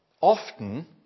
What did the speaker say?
Often